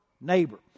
neighbor